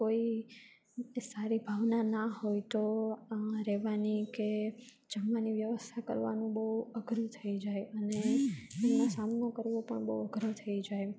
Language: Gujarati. કોઈ સારી ભાવના ના હોય તો રહેવાની કે જમવાની વ્યવસ્થા કરવાનું બહુ અઘરું થઈ જાય અને એનો સામનો કરવો પણ બહુ અઘરો થઈ જાય